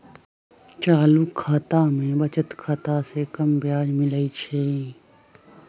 चालू खता में बचत खता से कम ब्याज मिलइ छइ